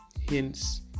hints